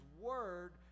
word